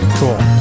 cool